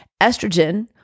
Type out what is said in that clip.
Estrogen